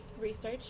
research